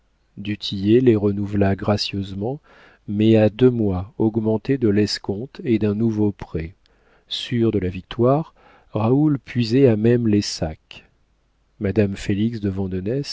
tillet les renouvela gracieusement mais à deux mois augmentées de l'escompte et d'un nouveau prêt sûr de la victoire raoul puisait à même les sacs madame félix de